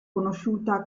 conosciuta